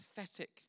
pathetic